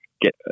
get